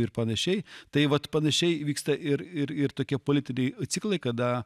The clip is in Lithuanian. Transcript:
ir panašiai tai vat panašiai vyksta ir ir ir tokie politiniai ciklai kada